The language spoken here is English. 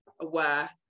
aware